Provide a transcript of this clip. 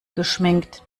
geschminkt